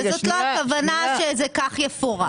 וזאת לא הכוונה שכך זה יפורש.